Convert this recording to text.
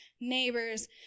neighbors